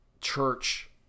church